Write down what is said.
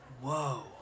whoa